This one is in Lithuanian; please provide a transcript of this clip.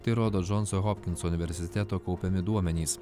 tai rodo džonso hopkinso universiteto kaupiami duomenys